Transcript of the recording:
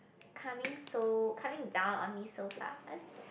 coming so coming down on me so fast